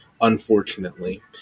unfortunately